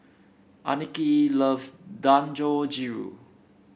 Annika loves Dangojiru